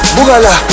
Bugala